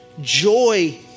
joy